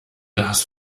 das